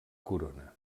corona